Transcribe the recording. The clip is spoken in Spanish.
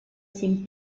sin